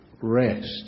rest